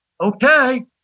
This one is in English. Okay